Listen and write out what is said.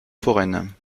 foraine